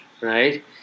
right